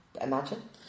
imagine